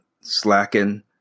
slacking